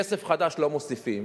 כסף חדש לא מוסיפים,